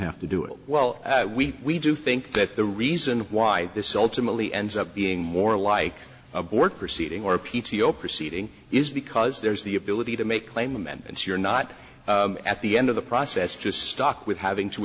have to do it well we we do think that the reason why this ultimately ends up being more like a bork proceeding or a p t o proceeding is because there's the ability to make claim and so you're not at the end of the process just stuck with having to